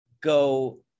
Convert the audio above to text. go